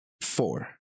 four